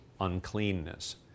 uncleanness